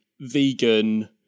vegan